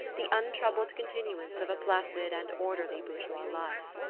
the untroubled continuance of a placid and orderly bourgeois life.